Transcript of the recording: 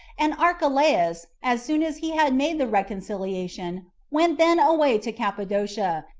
and archelaus, as soon as he had made the reconciliation, went then away to cappadocia,